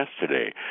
yesterday